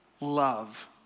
love